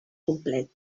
complet